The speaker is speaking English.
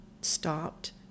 stopped